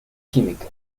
química